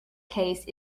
case